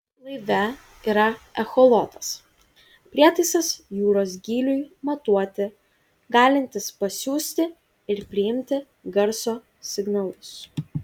laive yra echolotas prietaisas jūros gyliui matuoti galintis pasiųsti ir priimti garso signalus